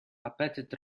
apetyt